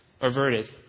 averted